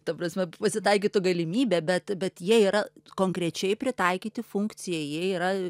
ta prasme pasitaikytų galimybė bet bet jie yra konkrečiai pritaikyti funkcijai jie yra